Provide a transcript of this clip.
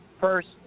first